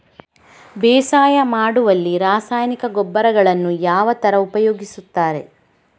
ಬೇಸಾಯ ಮಾಡುವಲ್ಲಿ ರಾಸಾಯನಿಕ ಗೊಬ್ಬರಗಳನ್ನು ಯಾವ ತರ ಉಪಯೋಗಿಸುತ್ತಾರೆ?